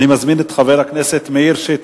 אני מזמין את חבר הכנסת מאיר שטרית,